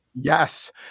Yes